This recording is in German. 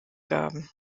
gaben